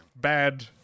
bad